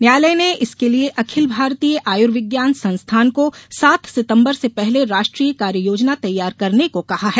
न्यायालय ने इसके लिए अखिल भारतीय आयूर्विज्ञान संस्थान को सात सितंबर से पहले राष्ट्रीय कार्ययोजना तैयार करने को कहा है